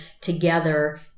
together